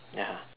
ya